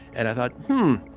and i thought hmm.